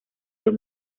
los